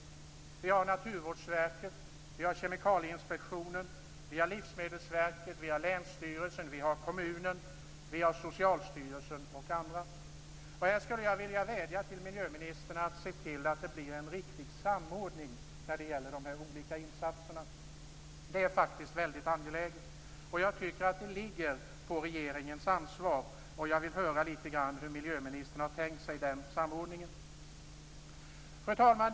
Det gäller Naturvårdsverket, Kemikalieinspektionen, Livsmedelsverket, länsstyrelsen, kommunen, Socialstyrelsen och andra. Jag skulle vilja vädja till miljöministern att se till att det blir en riktig samordning av de olika insatserna. Det är faktiskt väldigt angeläget. Det ligger på regeringens ansvar, och jag skulle vilja höra hur ministern har tänkt sig den samordningen. Fru talman!